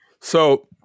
So-